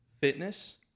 fitness